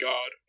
God